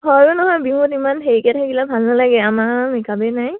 হয় নহয় বিহুত ইমান হেৰিকে থাকিলে ভাল নালাগে আমাৰ মেকআপেই নাই